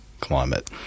climate